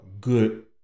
good